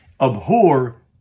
abhor